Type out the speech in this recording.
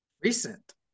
Recent